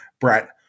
Brett